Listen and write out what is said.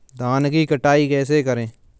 धान की कटाई कैसे करें?